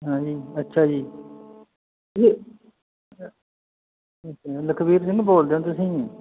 ਹਾਂਜੀ ਅੱਛਾ ਜੀ ਲਖਬੀਰ ਸਿੰਘ ਬੋਲਦੇ ਹੋ ਤੁਸੀਂ